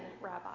rabbi